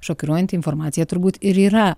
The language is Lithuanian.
šokiruojanti informacija turbūt ir yra